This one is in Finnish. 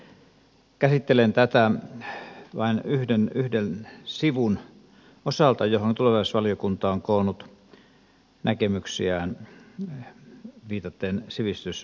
itse käsittelen tätä vain yhden sivun osalta johon tulevaisuusvaliokunta on koonnut näkemyksiään viitaten sivistysvaliokunnan lausuntoon